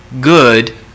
Good